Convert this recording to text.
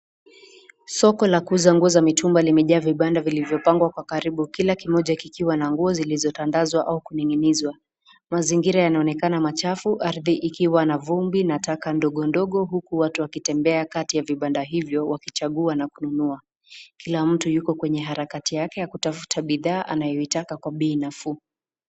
Soko la kuuza manguo za mitumba limejaa vibanda vilivyo pangwa kwa karibu. Kila kimoja kikiwa na nguo, zilizotandazwa au kuning'inizwa. Mazingira yanaonekana machafu, ardhi ikiwa na vumbi na taka ndogo ndogo huku watu wakitembea kati ya vibanda hivyo, wakichagua na kununua. Kila mtu yuko kwenye harakati yake, akutafuta bidhaa, anayoitaka kwa bei nafuu.